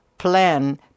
plan